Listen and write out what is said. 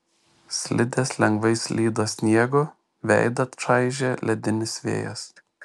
slidės lengvai slydo sniegu veidą čaižė ledinis vėjas